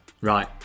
Right